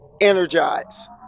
Energize